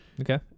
Okay